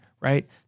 Right